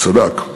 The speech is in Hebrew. הוא צדק,